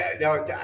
no